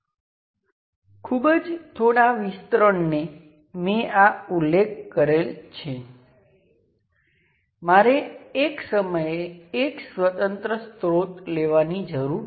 હવે ત્યાં વિવિધ શક્યતાઓ છે આ ઉદાહરણમાં મેં બંને બાજુએ વોલ્ટેજ સોર્સ લાગુ કર્યા પરંતુ આ જરૂરી નથી